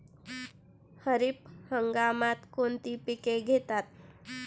खरीप हंगामात कोणती पिके घेतात?